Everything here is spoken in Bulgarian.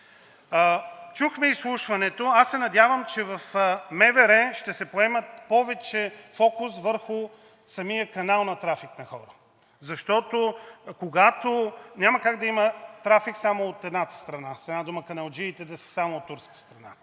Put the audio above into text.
Чухме изслушването. Аз се надявам, че в МВР ще се поеме повече фокус върху самия канал на трафик на хора, защото няма как да има трафик само от едната страна. С една дума каналджиите да са само от турска страна.